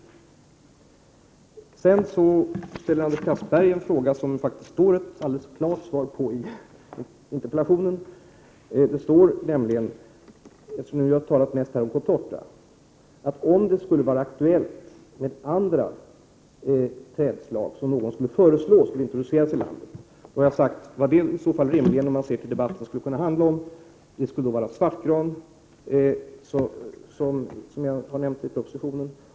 Anders Castberger ställde en fråga till mig. Men den är faktiskt klart och tydligt besvarad i interpellationssvaret. Det står nämligen — vi har ju mest talat om contortan — att om det skulle bli aktuellt med introduktion av andra trädslag i landet, skulle det rimligen, om man ser till debatten som sådan, kunna handla om svartgran. Detta har jag också nämnt i propositionen.